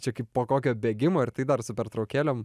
čia kaip po kokio bėgimo ir tai dar su pertraukėlėm